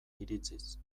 iritziz